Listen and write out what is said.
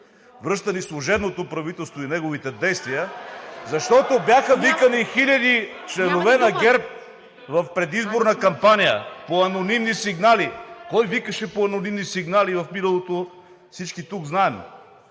Връща ни служебното правителство и неговите действия (силен шум и реплики), защото бяха викани хиляди членове на ГЕРБ в предизборна кампания по анонимни сигнали. Кой викаше по анонимни сигнали в миналото всички тук знаем.